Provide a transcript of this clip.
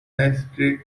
asterisk